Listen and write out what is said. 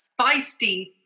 feisty